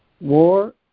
War